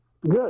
Good